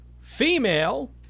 female